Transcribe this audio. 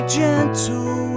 gentle